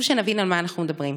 חשוב שנבין על מה אנחנו מדברים: